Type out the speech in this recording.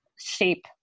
shape